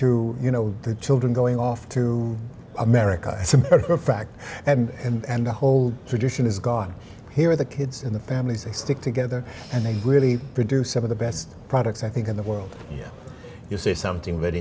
to you know the children going off to america it's a matter of fact and the whole tradition is god here the kids and the families they stick together and they really produce some of the best products i think in the world yet you say something very